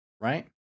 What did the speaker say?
right